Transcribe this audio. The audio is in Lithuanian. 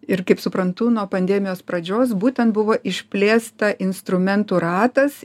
ir kaip suprantu nuo pandemijos pradžios būtent buvo išplėsta instrumentų ratas